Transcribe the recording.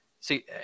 See